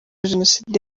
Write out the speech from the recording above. jenoside